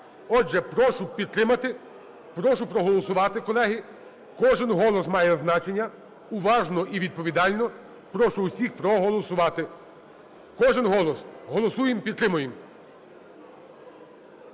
Отже, прошу підтримати, прошу проголосувати, колеги, кожен голос має значення, уважно і відповідально прошу усіх проголосувати. Кожен голос. Голосуємо і підтримуємо.